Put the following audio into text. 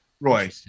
Roy